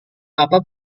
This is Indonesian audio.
apa